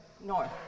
north